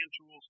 tools